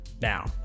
Now